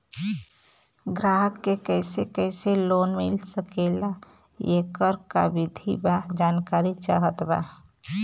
ग्राहक के कैसे कैसे लोन मिल सकेला येकर का विधि बा जानकारी चाहत बा?